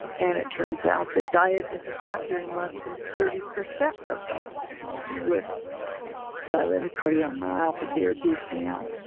and it turns out that diet is a factor in less than thirty percent of dogs with dilated cardiomyopathy or dcm.